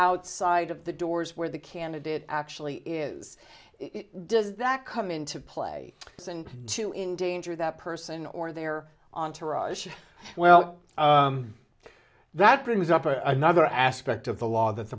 outside of the doors where the candidate actually is it does that come into play and to in danger that person or their entourage well that brings up another aspect of the law that